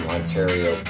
Ontario